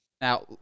now